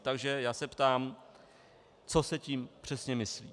Takže já se ptám, co se tím přesně myslí.